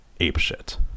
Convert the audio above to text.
apeshit